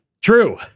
True